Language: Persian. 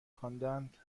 خواندند